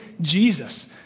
Jesus